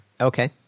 Okay